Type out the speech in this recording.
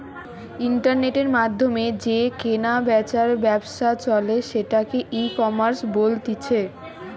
ইন্টারনেটের মাধ্যমে যে কেনা বেচার ব্যবসা চলে সেটাকে ইকমার্স বলতিছে